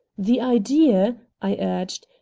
the idea, i urged,